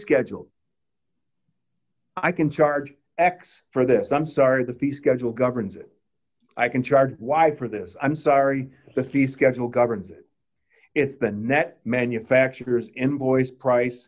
schedule i can charge x for this i'm sorry the fee schedule governs it i can charge y for this i'm sorry the fee schedule governs it if the net manufacturer's invoice price